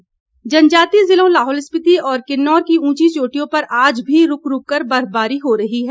मौसम जनजातीय जिलों लाहौल स्पीति और किन्नौर की ऊंची चोटियों पर आज भी रूक रूक कर बर्फबारी हो रही है